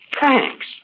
Thanks